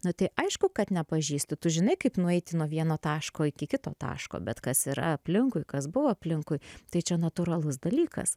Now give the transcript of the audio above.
na tai aišku kad nepažįsti tu žinai kaip nueiti nuo vieno taško iki kito taško bet kas yra aplinkui kas buvo aplinkui tai čia natūralus dalykas